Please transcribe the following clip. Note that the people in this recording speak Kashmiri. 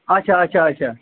اَچھا اَچھا اَچھا